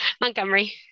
Montgomery